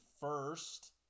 first